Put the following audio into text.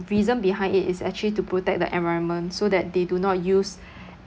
reason behind it is actually to protect the environment so that they do not use